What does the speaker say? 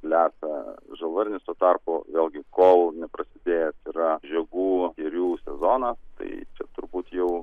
lesa žalvarnis tuo tarpu vėlgi kol neprasidėjęs yra žiogų skėrių sezonas tai čia turbūt jau